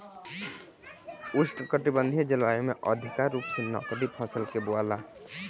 उष्णकटिबंधीय जलवायु में अधिका रूप से नकदी फसल के बोआला